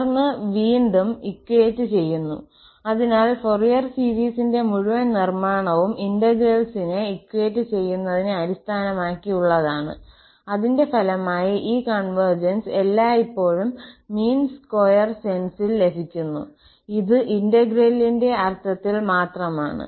തുടർന്ന് വീണ്ടും ഇക്വയറ്റ് ചെയ്യുന്നു അതിനാൽ ഫൊറിയർ സീരീസിന്റെ മുഴുവൻ നിർമ്മാണവും ഇന്റഗ്രൽസിനെ ഇക്വയറ്റ് ചെയ്യുന്നതിനെ അടിസ്ഥാനമാക്കിയുള്ളതാണ് അതിന്റെ ഫലമായി ഈ കൺവെർജൻസ് എല്ലായ്പ്പോഴും മീൻ സ്ക്വയർ സെൻസിൽ ലഭിക്കുന്നു ഇത് ഇന്റെഗ്രേലിന്റെ അർത്ഥത്തിൽ മാത്രമാണ്